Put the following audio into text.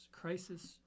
crisis